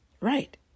Right